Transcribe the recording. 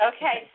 Okay